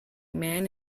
man